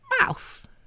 Mouth